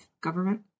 government